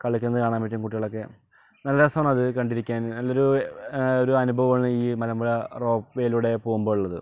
കളിക്കുന്നത് കാണാൻ പറ്റും കുട്ടികളൊക്കെ നല്ല രസോണ് അത് കണ്ടിരിക്കാൻ നല്ലൊരു ഒരു അനുഭവാണ് ഈ മലമ്പുഴ റോപ്പ് വേയിലൂടെ പോകുമ്പോൾ ഉള്ളത്